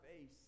face